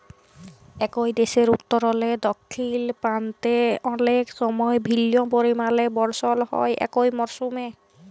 একই দ্যাশের উত্তরলে দখ্খিল পাল্তে অলেক সময় ভিল্ল্য পরিমালে বরসল হ্যয় একই মরসুমে